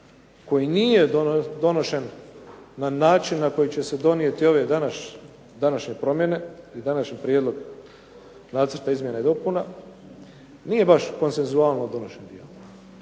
koji nije donošen na način na koji će se donijeti ove današnje promjene, i današnji prijedlog nacrta izmjena i dopuna. Nije baš konsenzualno donošen bio